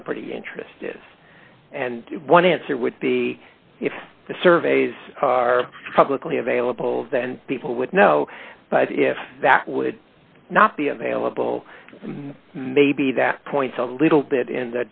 property interest is and one answer would be if the surveys are publicly available then people would know but if that would not be available maybe that points a little bit in